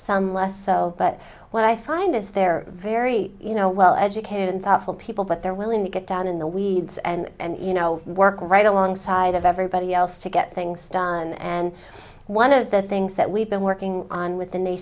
some less so but what i find is they're very you know well educated thoughtful people but they're willing to get down in the weeds and you know work right alongside of everybody else to get things done and one of the things that we've been working on with